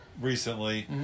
recently